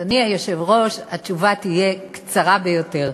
אדוני היושב-ראש, התשובה תהיה קצרה ביותר,